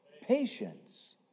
Patience